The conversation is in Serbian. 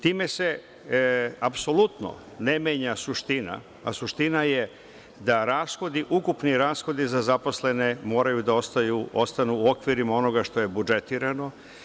Time se apsolutno ne menja suština, a suština je da ukupni rashodi za zaposlene moraju da ostanu u okvirima onoga što je budžetirano.